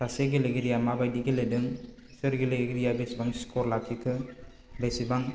गासै गेलेगिरिया माबादि गेलेदों सोर गेलेगिरिया बिसिबां स्क'र लाखिखो बेसेबां